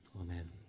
Amen